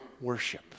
worship